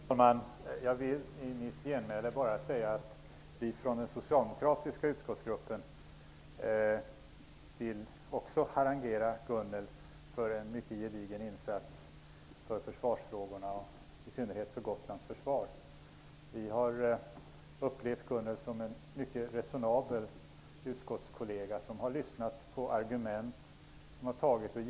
Herr talman! Jag vill i mitt genmäle säga att vi i den socialdemokratiska utskottsgruppen också vill harangera Gunhild Bolander för en mycket gedigen insats för försvarsfrågorna och i synnerhet för Gotlands försvar. Vi har upplevt Gunhild Bolander som en mycket resonabel utskottskollega som har lyssnat på argument, givit och tagit.